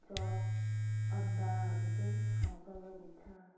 chop अन्डाहरू चाहिँ प्रयोग हुन्छ